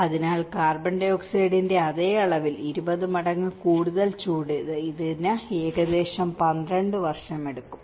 അതിനാൽ CO2 ന്റെ അതേ അളവിനേക്കാൾ 20 മടങ്ങ് കൂടുതൽ ചൂട് ഇതിന് ഏകദേശം 12 വർഷമെടുക്കും